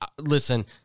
listen